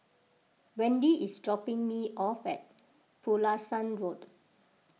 Wendy is dropping me off at Pulasan Road